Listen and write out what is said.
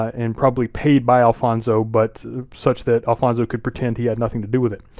and probably paid by alfonso, but such that alfonso could pretend he had nothing to do with it.